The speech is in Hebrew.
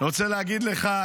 אני רוצה להגיד לך,